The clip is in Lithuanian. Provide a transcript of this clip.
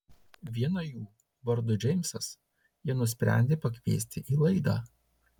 vieną jų vardu džeimsas jie nusprendė pakviesti į laidą